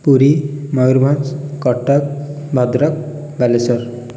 Puri Mayurbhanj Cuttack Bhadrak Baleswar